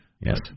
Yes